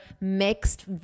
mixed